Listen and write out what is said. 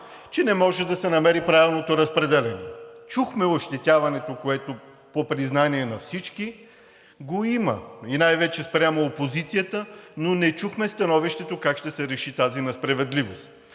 че не може да се намери правилното разпределяне. Чухме ощетяването, което по признание на всички го има и най-вече спрямо опозицията, но не чухме становището как ще се реши тази несправедливост,